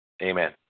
Amen